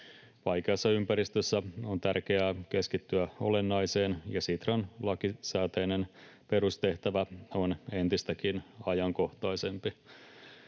Vaikeassa ympäristössä on tärkeää keskittyä olennaiseen, ja Sitran lakisääteinen perustehtävä on entistäkin ajankohtaisempi.